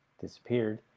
disappeared